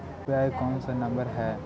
UPI कोन सा number हैं?